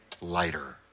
lighter